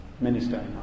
minister